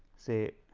say